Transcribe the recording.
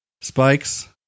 Spikes